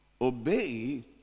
Obey